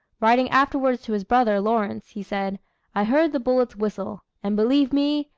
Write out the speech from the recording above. writing afterwards to his brother, lawrence, he said i heard the bullets whistle and, believe me,